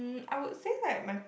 I would say like my